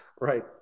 right